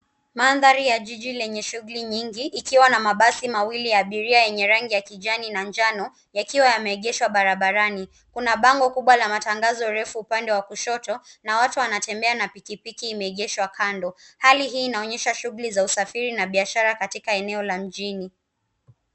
Mantari ya jiji lenye shughuli nyingi ikiwa na mabasi mawili ya abiria yenye rangi ya kijani na njano yakiwa yameegeshwa barabarani . Kuna bango kubwa la matangazo refu upande wa kushoto na watu wanatembea na pikipiki imeegeshwa kando . Hali hii inaonyesha shughuli za usafiri na biashara katika eneo la mjini.